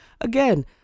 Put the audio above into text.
again